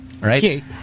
Right